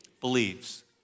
believes